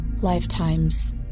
Lifetimes